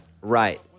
Right